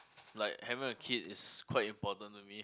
like having a kid is quite important to me